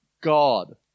God